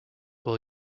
will